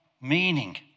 meaning